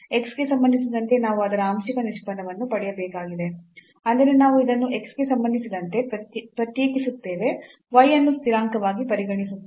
x ಗೆ ಸಂಬಂಧಿಸಿದಂತೆ ನಾವು ಇದರ ಆಂಶಿಕ ನಿಷ್ಪನ್ನವನ್ನು ಪಡೆಯಬೇಕಾಗಿದೆ ಅಂದರೆ ನಾವು ಇದನ್ನು x ಗೆ ಸಂಬಂಧಿಸಿದಂತೆ ಪ್ರತ್ಯೇಕಿಸುತ್ತೇವೆ y ಅನ್ನು ಸ್ಥಿರಾಂಕವಾಗಿ ಪರಿಗಣಿಸುತ್ತೇವೆ